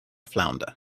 flounder